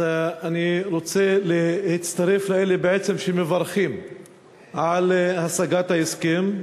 אני רוצה להצטרף לאלה שמברכים על השגת ההסכם,